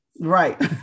right